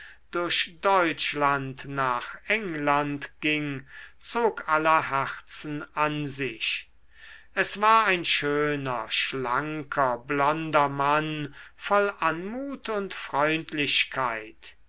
durch deutschland nach england ging zog aller herzen an sich es war ein schöner schlanker blonder mann voll anmut und freundlichkeit